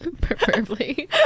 preferably